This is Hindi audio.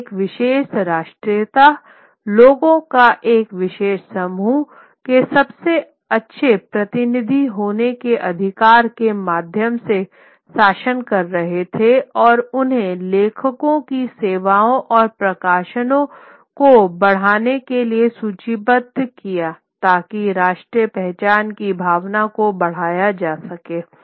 वे एक विशेष राष्ट्रीयता लोगों का एक विशेष समूह के सबसे अच्छे प्रतिनिधि होने के अधिकार के माध्यम से शासन कर रहे थे और उन्होंने लेखकों की सेवाओं और प्रकाशनों को बढ़ाने के लिए सूचीबद्ध कियाताकि राष्ट्रीय पहचान की भावना को बढ़ाया जा सके